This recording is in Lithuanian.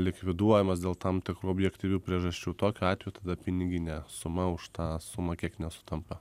likviduojamas dėl tam tikrų objektyvių priežasčių tokiu atveju tada pinigine suma už tą sumą kiek nesutampa